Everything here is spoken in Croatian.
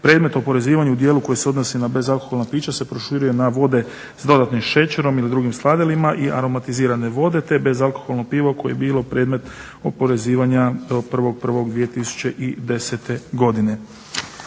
Predmet oporezivanja u dijelu koji se odnosi na bezalkoholna pića se proširuje na vode s dodatnim šećerom ili drugim sladilima i aromatizirane vode te bezalkoholno pivo koje je bilo predmet oporezivanja do 1.01.2010. godine.